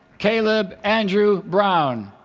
caleb andrew brown